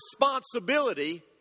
responsibility